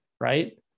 right